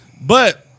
but-